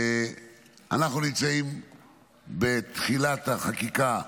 אנחנו נמצאים בתחילת החקיקה,